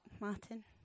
Martin